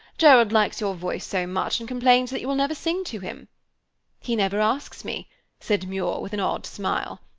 gerald likes your voice so much, and complains that you will never sing to him he never asks me said muir, with an odd smile.